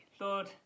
lord